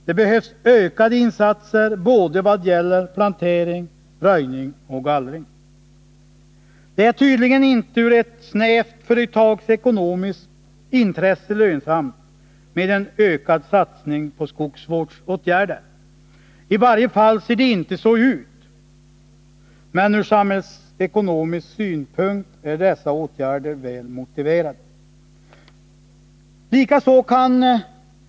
Det behövs ökade insatser vad gäller plantering, röjning och gallring. En ökad satsning på skogsvårdsåtgärder är tydligen inte lönsam ur snävt företagsekonomisk synpunkt. I varje fall ser det inte så ut. Men ur samhällsekonomisk synpunkt är sådana åtgärder väl motiverade.